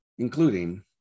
including